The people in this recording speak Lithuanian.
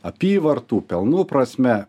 apyvartų pelnų prasme